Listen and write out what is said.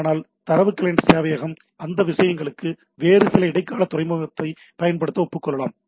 ஆனால் தரவு கிளையன்ட் சேவையகம் அந்த விஷயங்களுக்கு வேறு சில இடைக்கால துறைமுகத்தைப் பயன்படுத்த ஒப்புக் கொள்ளலாம்